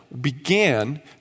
began